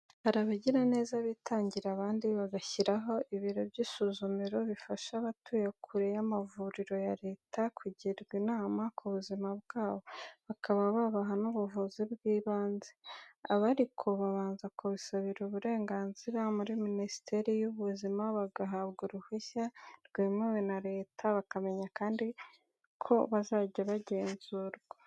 Hari abagiraneza bitangira abandi bagashyiraho ibiro by'isuzumiro bifasha abatuye kure y'amavuriro ya leta kugirwa inama ku buzima bwabo, bakaba babaha n'ubuvuzi bw'ibanze. Aba ariko babanza kubisabira uburenganzira muri Minisiteri y'Ubuzima, bagabwa uruhushya rwemewe na leta, bakamenya kandi ko bazajya bagenzurwa.